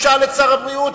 הוא שאל את שר הבריאות,